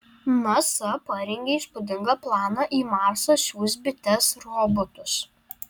nasa parengė įspūdingą planą į marsą siųs bites robotus